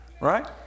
right